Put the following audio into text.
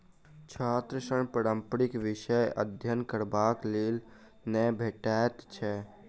छात्र ऋण पारंपरिक विषयक अध्ययन करबाक लेल नै भेटैत छै